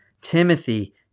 Timothy